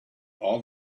all